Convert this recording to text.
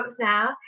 now